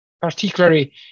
particularly